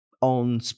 on